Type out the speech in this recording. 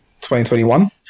2021